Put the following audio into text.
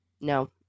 no